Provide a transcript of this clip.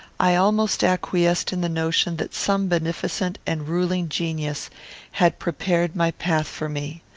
i almost acquiesced in the notion that some beneficent and ruling genius had prepared my path for me.